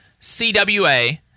CWA